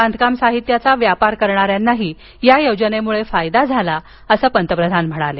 बांधकाम साहित्याचा व्यापार करणाऱ्यांनाही या योजनेम्ळे फायदा झाला असं पंतप्रधान म्हणाले